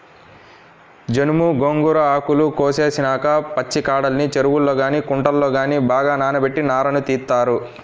జనుము, గోంగూర ఆకులు కోసేసినాక పచ్చికాడల్ని చెరువుల్లో గానీ కుంటల్లో గానీ బాగా నానబెట్టి నారను తీత్తారు